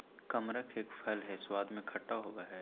कमरख एक फल हई स्वाद में खट्टा होव हई